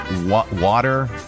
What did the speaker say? water